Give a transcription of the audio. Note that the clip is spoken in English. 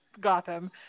gotham